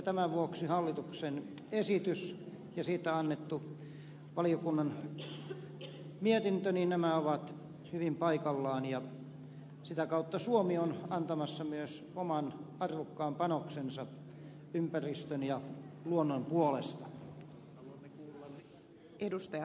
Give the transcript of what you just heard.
tämän vuoksi hallituksen esitys ja siitä annettu valiokunnan mietintö ovat hyvin paikallaan ja sitä kautta suomi on antamassa myös oman arvokkaan panoksensa ympäristön ja luonnon puolesta